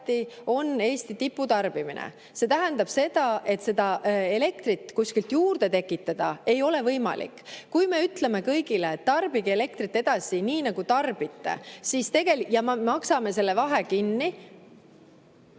on Eesti tiputarbimine, see tähendab seda, et seda elektrit kuskilt juurde tekitada ei ole võimalik. Kui me ütleme kõigile, et tarbige elektrit edasi, nii nagu tarbite, ja me maksame selle vahe kinni,